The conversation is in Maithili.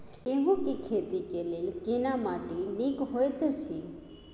गेहूँ के खेती लेल केना माटी नीक होयत अछि?